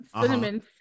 cinnamon